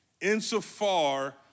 insofar